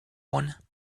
one